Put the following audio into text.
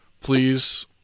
please